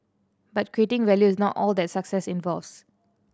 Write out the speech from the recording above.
but creating value is not all that success involves